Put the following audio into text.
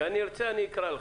כשאני ארצה, אני אקרא לך.